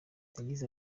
yagize